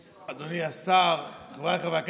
אדוני השר, חבריי חברי הכנסת,